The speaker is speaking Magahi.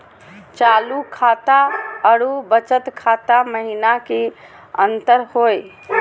चालू खाता अरू बचत खाता महिना की अंतर हई?